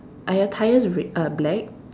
are your tyres re~ uh black